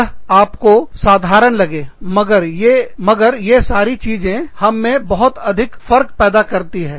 यह आपको बहुत साधारण लगे मगर यह सारी चीजें हममें बहुत अधिक फर्क पैदा करती है